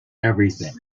everything